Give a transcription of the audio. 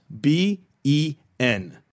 B-E-N